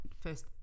first